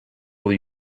will